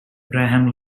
abraham